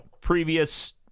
previous